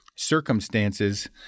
circumstances